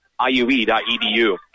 IUE.edu